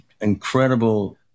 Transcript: incredible